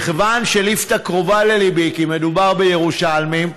מכיוון שליפתא קרובה לליבי, כי מדובר בירושלמים,